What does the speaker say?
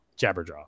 Jabberjaw